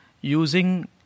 using